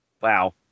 Wow